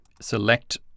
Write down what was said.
Select